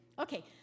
Okay